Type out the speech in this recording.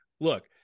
look